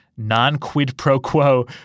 non-quid-pro-quo